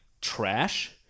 trash